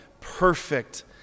perfect